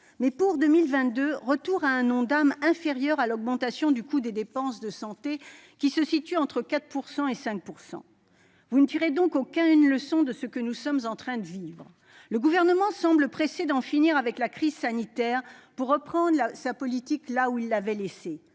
Mais pour 2022, retour à un Ondam inférieur à l'augmentation du coût des dépenses de santé, qui se situe entre 4 % et 5 %. Vous ne tirez donc aucune leçon de ce que nous sommes en train de vivre. Le Gouvernement semble pressé d'en finir avec la crise sanitaire pour reprendre sa politique là où il l'avait laissée,